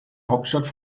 hauptstadt